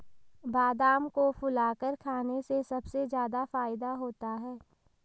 बादाम को फुलाकर खाने से सबसे ज्यादा फ़ायदा होता है